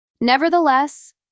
Nevertheless